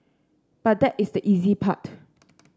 but that is the easy part